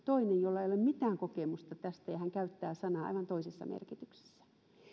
toinen jolla ei ole mitään kokemusta tästä ja käyttää sanaa aivan toisessa merkityksessä